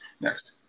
Next